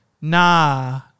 nah